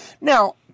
Now